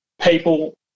people